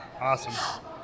Awesome